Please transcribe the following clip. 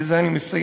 בזה אני מסיים,